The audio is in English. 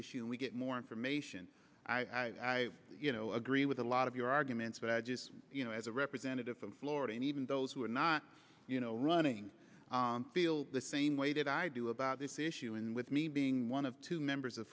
issue and we get more information you know agree with a lot of arguments that i just you know as a representative of florida and even those who are not you know running feel the same way that i do about this issue and with me being one of two members of